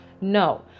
No